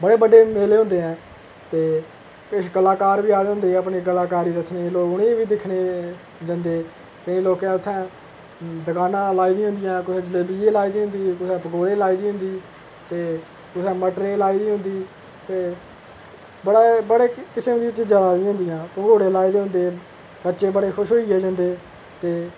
बड़े बड्डे मेले होंदे ऐहें ते किश कलाकार बी आए दे होंदे अपनी कलाकारी दस्सने ई लोग उ'नें बी दिक्खने गी जंदे केईं लोकें उ'त्थें दकानां लाई दियां होंदियां कुसै जलेबी दी लाई दी होंदी कुसै पकौड़े दी लाई दी होंदी ते कुसै मटरे दी लाई दी होंदी ते बड़े किस्म दियां चीजां लाई दियां होंदियां भंगूड़े लाए दे होंदे बच्चे बड़े खुश होइयै जंदे ते